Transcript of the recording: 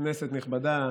כנסת נכבדה,